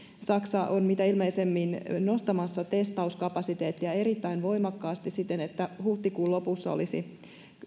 saksa on mitä ilmeisimmin nostamassa testauskapasiteettia erittäin voimakkaasti siten että huhtikuun lopussa olisi